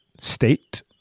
state